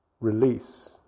release